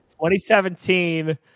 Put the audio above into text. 2017